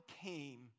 came